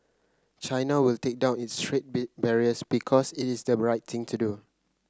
China will take down its trade barriers because it is the right thing to do